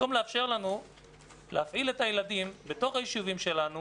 במקום לאפשר לנו להפעיל את הילדים בתוך היישובים שלנו